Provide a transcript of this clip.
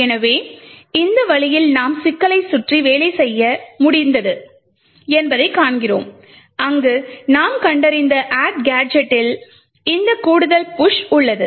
எனவே இந்த வழியில் நாம் சிக்கலைச் சுற்றி வேலை செய்ய முடிந்தது என்பதைக் காண்கிறோம் அங்கு நாம் கண்டறிந்த add கேஜெட்டில் இந்த கூடுதல் புஷ் உள்ளது